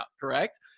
correct